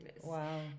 Wow